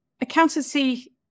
accountancy